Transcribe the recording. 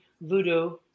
voodoo